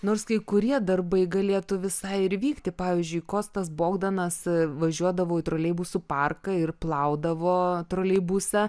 nors kai kurie darbai galėtų visai ir vykti pavyzdžiui kostas bogdanas važiuodavo į troleibusų parką ir plaudavo troleibusą